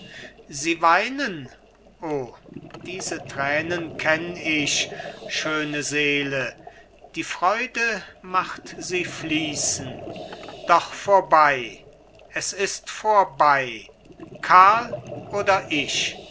sie weinen o diese tränen kenn ich schöne seele die freude macht sie fließen doch vorbei es ist vorbei karl oder ich